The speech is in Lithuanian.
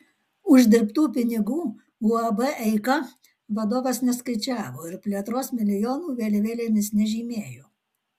uždirbtų pinigų uab eika vadovas neskaičiavo ir plėtros milijonų vėliavėlėmis nežymėjo